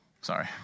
Sorry